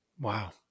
Wow